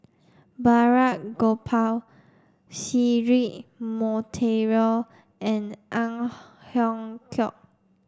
Balraj Gopal Cedric Monteiro and Ang Hiong Chiok